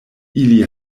ili